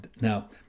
now